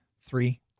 Three